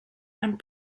and